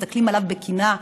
מסתכלים עליו בקנאה,